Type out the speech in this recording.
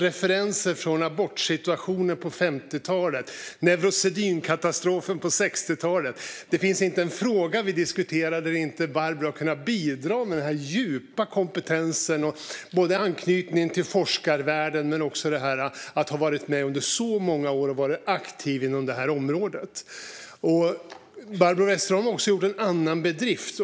Referenser från abortsituationen på 50-talet, neurosedynkatastrofen på 60talet - det finns inte en fråga som vi diskuterar där inte Barbro kan bidra med sin djupa kompetens. Hon har anknytning till forskarvärlden men har också varit med under många år och varit aktiv inom det här området. Barbro Westerholm har också gjort en annan bedrift.